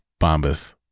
Bombas